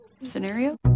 scenario